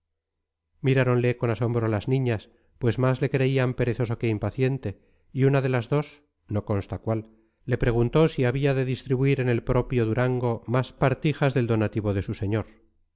miráronle con asombro las niñas pues más le creían perezoso que impaciente y una de las dos no consta cuál le preguntó si había de distribuir en el propio durango más partijas del donativo de su señor